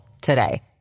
today